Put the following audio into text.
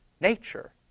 nature